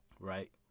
right